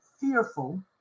fearful